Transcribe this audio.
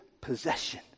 possession